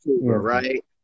right